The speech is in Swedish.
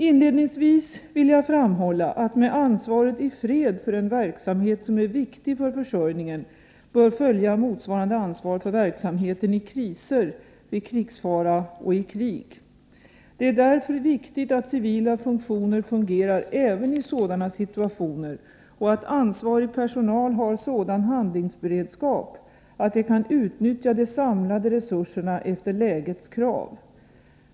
Inledningsvis vill jag framhålla att med ansvaret i fred för en verksamhet som är viktig för försörjningen bör följa motsvarande ansvar för verksamheten i kriser, vid krigsfara och i krig. Det är därför viktigt att civila funktioner fungerar även i sådana situationer och att ansvarig personal har sådan handlingsberedskap att de kan utnyttja de samlade resurserna efter lägets krav.